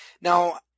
Now